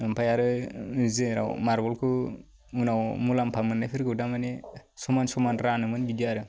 ओमफाइ आरो जेराव मार्बलखौ उनाव मुलाम्फा मोन्नायफोरखौ दा माने समान समान रानोमोन बिदि आरो